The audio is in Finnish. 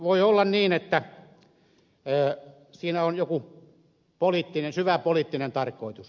voi olla niin että siinä on jokin syvä poliittinen tarkoitus